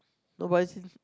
nobody seen